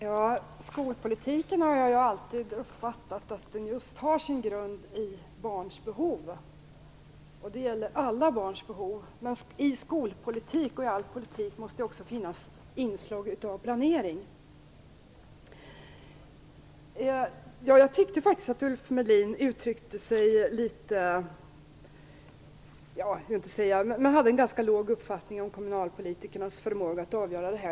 Herr talman! Jag har alltid uppfattat att skolpolitiken har sin grund just i barns behov. Det gäller alla barns behov. Men i skolpolitik liksom i all politik måste det finnas inslag av planering. Jag tyckte faktiskt att Ulf Melin uttryckte en ganska låg uppfattning om kommunalpolitikernas förmåga att avgöra detta.